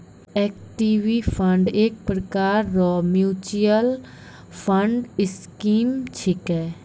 equity fund एक प्रकार रो मिच्युअल फंड स्कीम छिकै